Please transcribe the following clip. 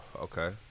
Okay